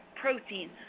protein